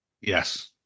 Yes